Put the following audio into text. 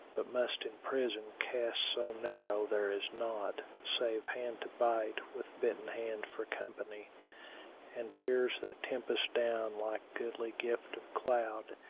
but must in prison cast so narrow there is naught save hand to bite, with bitten hand for company and tears that tempest down like goodly gift of cloud,